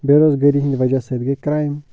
بے روزگٲری ہِنٛدۍ وَجہ سۭتۍ گٔے کرٛایِم